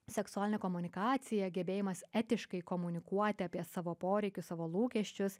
seksualinė komunikacija gebėjimas etiškai komunikuoti apie savo poreikius savo lūkesčius